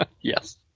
Yes